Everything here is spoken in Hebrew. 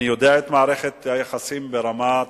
אני יודע מה מערכת היחסים ברמת